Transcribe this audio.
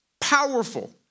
powerful